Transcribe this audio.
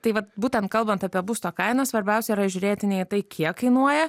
tai vat būtent kalbant apie būsto kainą svarbiausia yra žiūrėti ne į tai kiek kainuoja